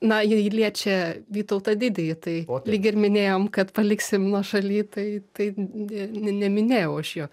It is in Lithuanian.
na ji liečia vytautą didįjį tai lyg ir minėjom kad paliksim nuošaly tai tai n ne neminėjau aš jo